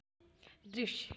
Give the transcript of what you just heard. दृश्य